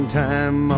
time